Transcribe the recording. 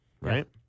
right